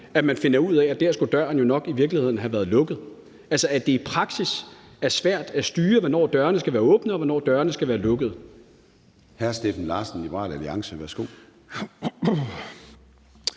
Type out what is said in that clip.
finder ud af, at der skulle døren nok i virkeligheden have været lukket – altså at det i praksis er svært at styre, hvornår dørene skal være åbne, og hvornår dørene skal være lukkede.